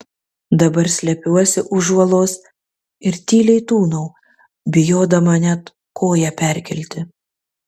dabar slepiuosi už uolos ir tyliai tūnau bijodama net koją perkelti